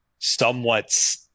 somewhat